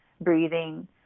breathing